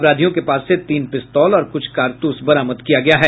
अपराधियों के पास से तीन पिस्तौल और कुछ कारतूस बरामद किया गया है